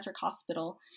hospital